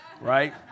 right